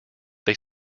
they